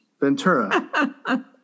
Ventura